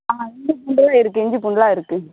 ஆ இஞ்சி பூண்டும் இருக்குது இஞ்சி பூண்டுலாம் இருக்குது